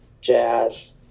jazz